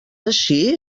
així